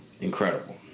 Incredible